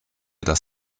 das